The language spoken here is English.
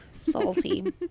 Salty